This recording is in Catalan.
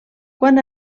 quan